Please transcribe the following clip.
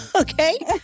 Okay